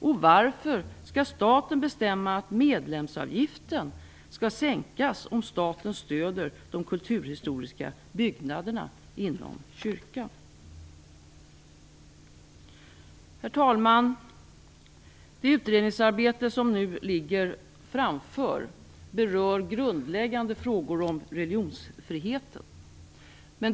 Och varför skall staten bestämma att medlemsavgiften skall sänkas om staten stöder de kulturhistoriska byggnaderna inom kyrkan? Herr talman! Det utredningsarbete som nu ligger framför oss berör grundläggande frågor om religionsfriheten.